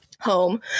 home